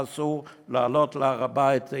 אסור לעלות להר-הבית.